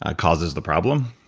ah causes the problem.